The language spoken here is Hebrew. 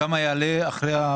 כמה זה יעלה אחר כך.